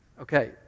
Okay